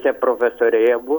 čia profesoriai abu